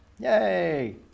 Yay